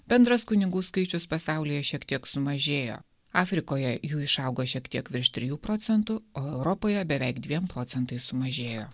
bendras kunigų skaičius pasaulyje šiek tiek sumažėjo afrikoje jų išaugo šiek tiek virš trijų procentų o europoje beveik dviem procentais sumažėjo